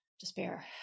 Despair